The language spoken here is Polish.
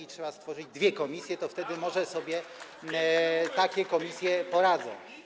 i trzeba stworzyć dwie komisje, to wtedy może sobie takie komisje poradzą.